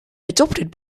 adopted